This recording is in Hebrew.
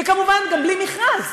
וכמובן גם בלי מכרז.